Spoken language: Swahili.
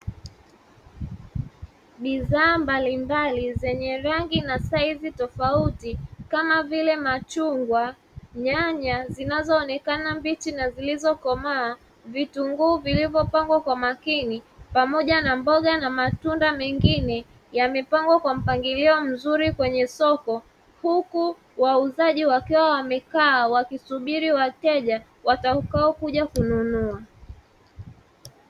Bidhaa mbalimbali zenye rangi na saizi tofauti kama vile machungwa, nyanya zinazoonekana mbichi na zilizokomaa, vitunguu vilivyopangwa kwa makini, pamoja na mboga na matunda mengine; yamepangwa kwa mpangilio mzuri kwenye soko, huku wauzaji wakiwa wamekaa wakisubiri wateja watakaokuja kununua.